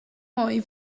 mwy